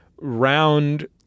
round